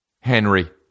Henry